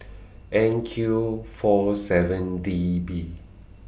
N Q four seven D B